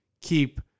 keep